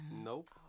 Nope